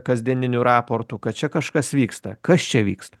kasdieninių raportų kad čia kažkas vyksta kas čia vyksta